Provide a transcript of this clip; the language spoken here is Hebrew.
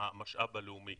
המשאב הלאומי.